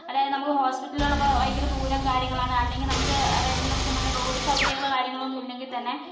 അതായത് നമുക്ക് ഹോസ്പിറ്റലിലേക്കൊക്കെ ഭയങ്കര ദൂരവും കാര്യങ്ങളാണ് അല്ലെങ്കിൽ നമുക്ക് അതായത് നമുക്ക് നല്ല റോഡ് സൗകര്യങ്ങൾ കാര്യങ്ങളൊന്നും ഇല്ലെങ്കിൽ തന്നെ